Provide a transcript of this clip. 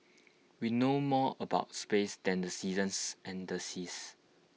we know more about space than the seasons and the seas